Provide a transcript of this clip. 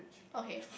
okay